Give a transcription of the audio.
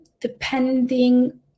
depending